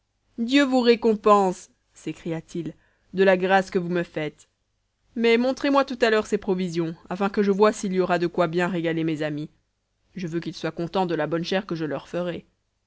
dieu vous récompense s'écria-t-il de la grâce que vous me faites mais montrez-moi tout à l'heure ces provisions afin que je voie s'il y aura de quoi bien régaler mes amis je veux qu'ils soient contents de la bonne chère que je leur ferai